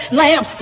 lamb